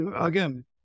again